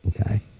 okay